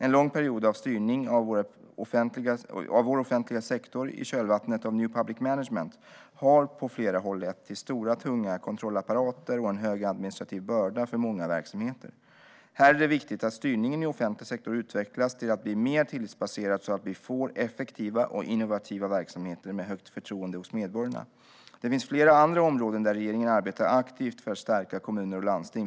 En lång period av styrning av vår offentliga sektor i kölvattnet av "new public management" har på flera håll lett till stora tunga kontrollapparater och en hög administrativ börda för många verksamheter. Här är det viktigt att styrningen i offentlig sektor utvecklas till att bli mer tillitsbaserad, så att vi får effektiva och innovativa verksamheter med högt förtroende hos medborgarna. Det finns flera andra områden där regeringen arbetar aktivt för att stärka kommuner och landsting.